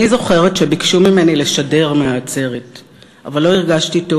אני זוכרת שביקשו ממני לשדר מהעצרת אבל לא הרגשתי טוב.